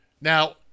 Now